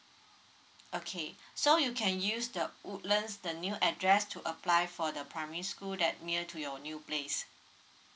okay so you can use the woodlands the new address to apply for the primary school that near to your new place